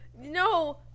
no